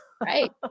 right